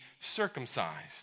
circumcised